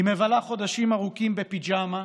היא מבלה חודשים ארוכים בפיג'מה,